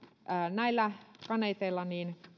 näillä kaneeteilla